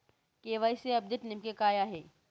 KYC update नेमके काय आहे?